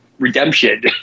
redemption